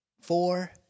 four